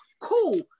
cool